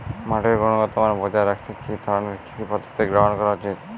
মাটির গুনগতমান বজায় রাখতে কি ধরনের কৃষি পদ্ধতি গ্রহন করা উচিৎ?